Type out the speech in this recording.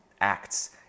acts